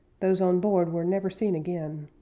those on board were never seen again.